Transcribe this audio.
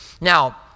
Now